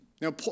Now